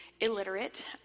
illiterate